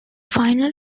final